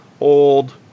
old